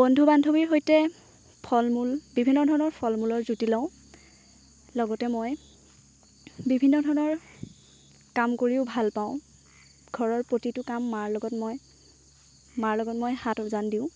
বন্ধু বান্ধৱীৰ সৈতে ফল মূল বিভিন্ন ধৰণৰ ফল মুলৰ জুতি লওঁ লগতে মই বিভিন্ন ধৰণৰ কাম কৰিও ভাল পাওঁ ঘৰৰ প্ৰতিটো কাম মাৰ লগত মই হাত উজান দিওঁ